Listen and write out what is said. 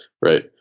Right